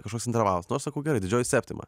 kažkoks intervalas nu aš sakau gerai didžioji septima